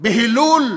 בהילול